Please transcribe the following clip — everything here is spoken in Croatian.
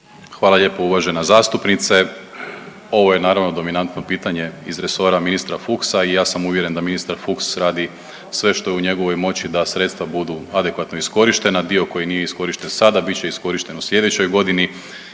Hvala lijepo uvažena zastupnice. Ovo je naravno dominantno pitanje iz resora ministra Fuchsa i ja sam uvjeren da ministar Fuchs radi sve što je u njegovoj moći da sredstva budu adekvatno iskorištena. Dio koji nije iskorišten sada bit će iskorišten u slijedećoj godini